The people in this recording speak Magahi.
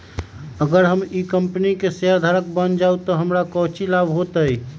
अगर हम ई कंपनी के शेयरधारक बन जाऊ तो हमरा काउची लाभ हो तय?